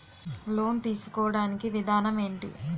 Loan తీసుకోడానికి విధానం ఏంటి?